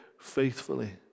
faithfully